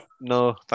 No